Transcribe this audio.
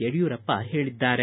ಯಡಿಯೂರಪ್ಪ ಹೇಳಿದ್ದಾರೆ